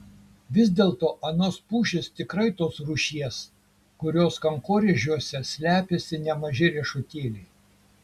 vis dėlto anos pušys tikrai tos rūšies kurios kankorėžiuose slepiasi nemaži riešutėliai